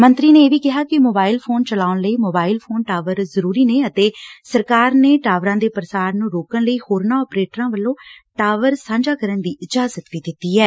ਮੰਤਰੀ ਨੇ ਇਹ ਵੀ ਕਿਹਾ ਕਿ ਮੋਬਾਇਲ ਫੋਨ ਚਲਾਉਣ ਲਈ ਮੋਬਾਇਲ ਫੋਨ ਟਾਵਰ ਜ਼ਰੂਰੀ ਨੇ ਅਤੇ ਸਰਕਾਰ ਨੇ ਟਾਵਰਾ ਦੇ ਪ੍ਰਸਾਰ ਨੂੰ ਰੋਕਣ ਲਈ ਹੋਰਨਾ ਆਪਰੇਟਰਾ ਵਲੋ ਟਾਵਰ ਸਾਂਝਾ ਕਰਨ ਦੀ ਇਜਾਜਤ ਦਿੱਤੀ ਐ